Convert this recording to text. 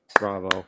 Bravo